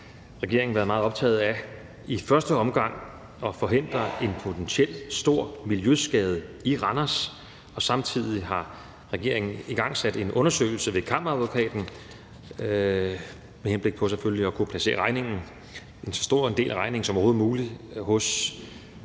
regeringen været meget optaget af i første omgang at forhindre en potentielt stor miljøskade i Randers, og samtidig har regeringen igangsat en undersøgelse ved Kammeradvokaten, selvfølgelig med henblik på at kunne placere så stor en del af regningen som overhovedet muligt hos de rette